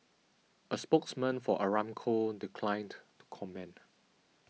a spokesman for Aramco declined to comment